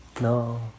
No